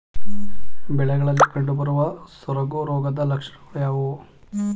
ಬೆಳೆಗಳಲ್ಲಿ ಕಂಡುಬರುವ ಸೊರಗು ರೋಗದ ಲಕ್ಷಣಗಳು ಯಾವುವು?